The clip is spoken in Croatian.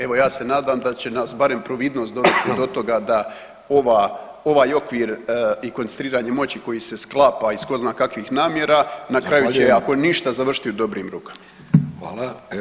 Evo ja se nadam da će nas barem providnost dovesti do toga da ovaj okvir i koncentriranje moći koji se sklapa iz ko zna kakvih namjera na kraju će [[Upadica Reiner: Zahvaljujem.]] ako ništa završiti u dobrim rukama.